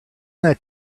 that